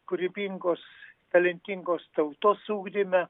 kūrybingos talentingos tautos ugdyme